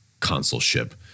consulship